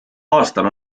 aastal